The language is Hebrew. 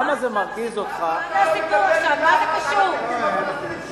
למה אתה לא מדבר מלה אחת על הפליטים הפלסטינים שהגיעו,